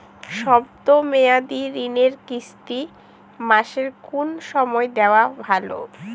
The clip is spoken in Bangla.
শব্দ মেয়াদি ঋণের কিস্তি মাসের কোন সময় দেওয়া ভালো?